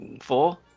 four